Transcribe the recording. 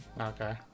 okay